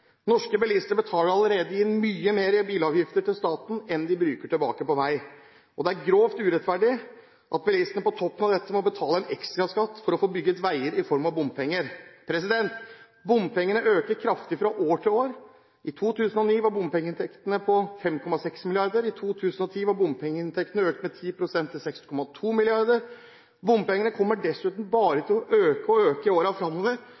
Norske bilister betaler allerede mye mer inn i bilavgifter til staten enn det staten bruker på vei, og det er grovt urettferdig at bilistene på toppen av dette må betale en ekstraskatt i form av bompenger for å få bygget veier. Bompengene øker kraftig fra år til år. I 2009 var bompengeinntektene på 5,6 mrd. kr. I 2010 hadde bompengeinntektene økt med 10 pst. til 6,2 mrd. kr. Bompengene kommer dessuten bare til å øke og øke i